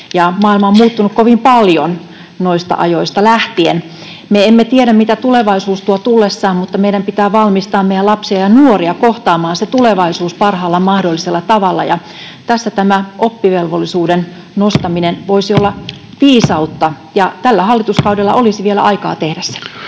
maailma on muuttunut kovin paljon noista ajoista lähtien. Me emme tiedä, mitä tulevaisuus tuo tullessaan, mutta meidän pitää valmistaa meidän lapsia ja nuoria kohtaamaan se tulevaisuus parhaalla mahdollisella tavalla, ja tässä tämä oppivelvollisuusiän nostaminen voisi olla viisautta. Tällä hallituskaudella olisi vielä aikaa tehdä se.